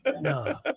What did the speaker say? No